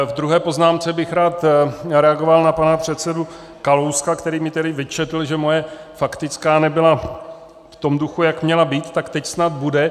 V druhé poznámce bych rád reagoval na pana předsedu Kalouska, který mi tedy vyčetl, že moje faktická nebyla v tom duchu, jak měla být, tak teď snad bude.